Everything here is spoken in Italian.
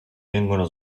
vengono